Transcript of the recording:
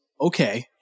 okay